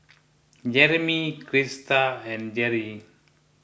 Jereme Crysta and Gerri